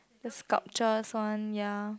the sculptures one ya